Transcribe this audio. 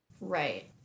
Right